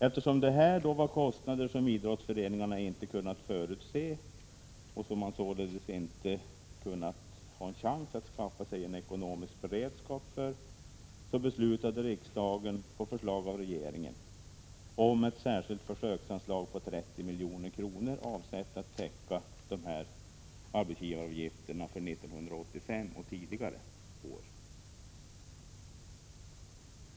Eftersom det här var kostnader som idrottsföreningarna inte kunnat förutse, och som man således inte kunnat skaffa sig ekonomisk beredskap för, beslutade riksdagen, på förslag från regeringen, om ett särskilt försöksanslag på 30 milj.kr., avsett att täcka idrottsföreningarnas arbetsgivaravgifter för 1985 och tidigare år.